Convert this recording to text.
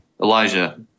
Elijah